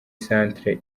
centre